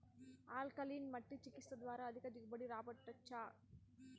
alkaline మట్టి చికిత్స ద్వారా అధిక దిగుబడి రాబట్టొచ్చా